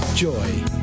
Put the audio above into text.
joy